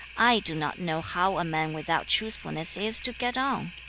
i do not know how a man without truthfulness is to get on.